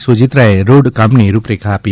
સોજીત્રાએ road કામની રૂપરેખા આપી